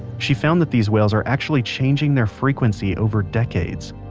she found that these whales are actually changing their frequency over decades.